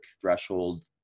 threshold